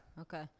Okay